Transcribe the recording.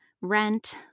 rent